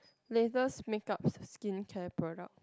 latest makeup skincare product